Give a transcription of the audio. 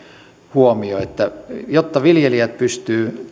huomio että jotta viljelijät pystyvät